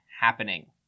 happening